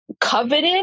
coveted